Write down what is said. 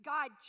God